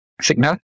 signal